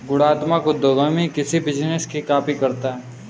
गुणात्मक उद्यमी किसी बिजनेस की कॉपी करता है